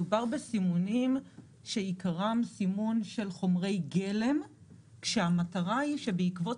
מדובר בסימונים שעיקרם סימון של חומרי גלם כשהמטרה היא שבעקבות